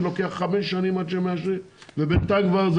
ולוקח חמש שנים עד שהם מאשרים ובינתיים כבר זה